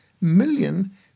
million